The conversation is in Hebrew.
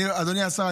אדוני השר,